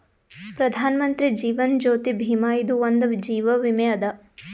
ಪ್ರಧಾನ್ ಮಂತ್ರಿ ಜೀವನ್ ಜ್ಯೋತಿ ಭೀಮಾ ಇದು ಒಂದ ಜೀವ ವಿಮೆ ಅದ